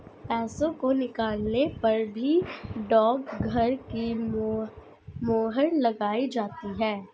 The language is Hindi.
पैसों को निकालने पर भी डाकघर की मोहर लगाई जाती है